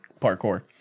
parkour